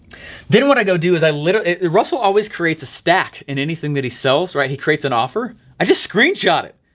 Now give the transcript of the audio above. then what i gotta do, is i literally, russell always create the stack in anything that he sells, right, he creates an offer, i just screenshot it.